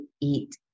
eat